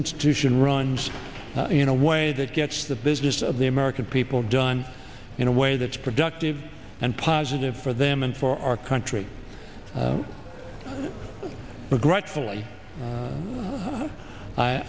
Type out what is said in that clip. institution runs in a way that gets the business of the american people done in a way that's productive and positive for them and for our country